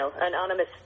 anonymous